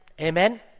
Amen